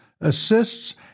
assists